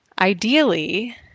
Ideally